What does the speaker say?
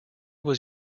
was